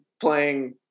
playing